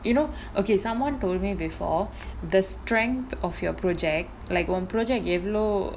you know okay someone told me before the strength of your project like one project எவளோ:evalo